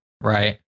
Right